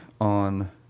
on